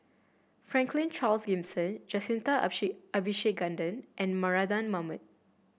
Franklin Charles Gimson Jacintha Abisheganaden and Mardan Mamat